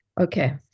Okay